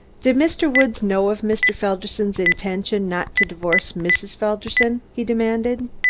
did mr. woods know of mr. felderson's intention not to divorce mrs. felderson? he demanded.